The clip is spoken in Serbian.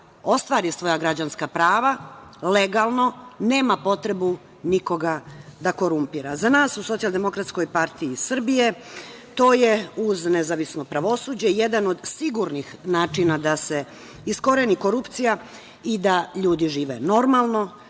ostvari svoja građanska prava legalno nema potrebu nikoga da korumpira.Za nas u Socijaldemokratskoj partiji Srbije to je, uz nezavisno pravosuđe, jedan od sigurnih načina da se iskoreni korupcija i ljudi žive normalno,